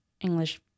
English